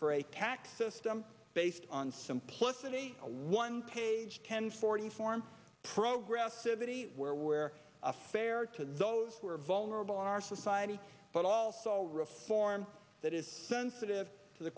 a tax system based on simplicity a one page ten forty form progress city where where a fair to those who are vulnerable in our society but also reform that is sensitive to the